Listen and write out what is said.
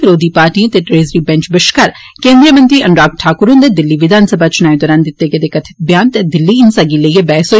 विरोधी पार्टियें ते ट्रेज़री बैंच बश्कार केन्द्रीय मंत्री अन्राग ठाक्र हन्दे दिल्ली विधान सभा चनाएं दौरान दिते गेदे कथित ब्यान ते दिल्ली हिंसा गी लेइयै बैहस होई